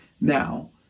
now